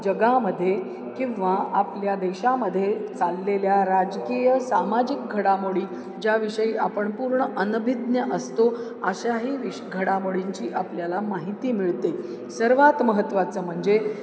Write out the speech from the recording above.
जगामध्ये किंवा आपल्या देशामध्ये चाललेल्या राजकीय सामाजिक घडामोडी ज्याविषयी आपण पूर्ण अनभिज्ञ असतो अशाही विश घडामोडींची आपल्याला माहिती मिळते सर्वात महत्त्वाचं म्हणजे